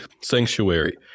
sanctuary